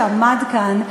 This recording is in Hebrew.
שעמד כאן,